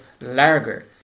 Larger